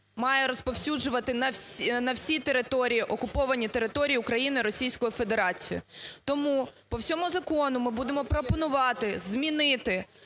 має розповсюджуватись на всі території, окуповані території України Російською Федерацією. Тому по всьому закону ми будемо пропонувати змінити